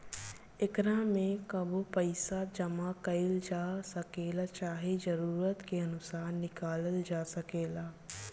एकरा में कबो पइसा जामा कईल जा सकेला, चाहे जरूरत के अनुसार निकलाल जा सकेला